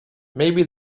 maybe